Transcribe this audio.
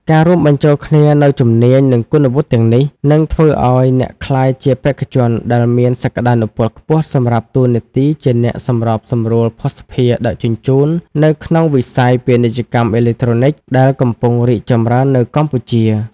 ការរួមបញ្ចូលគ្នានូវជំនាញ និងគុណវុឌ្ឍិទាំងនេះ នឹងធ្វើឱ្យអ្នកក្លាយជាបេក្ខជនដែលមានសក្តានុពលខ្ពស់សម្រាប់តួនាទីជាអ្នកសម្របសម្រួលភស្តុភារដឹកជញ្ជូននៅក្នុងវិស័យ ពាណិជ្ជកម្មអេឡិចត្រូនិក ដែលកំពុងរីកចម្រើននៅកម្ពុជា។